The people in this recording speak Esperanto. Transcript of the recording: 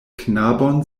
knabon